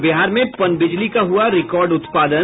और बिहार में पनबिजली का हुआ रिकॉर्ड उत्पादन